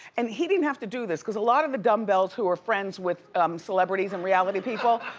and he didn't have to do this cause a lot of the dumbbells who are friends with celebrities and reality people,